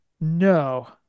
No